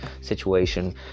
situation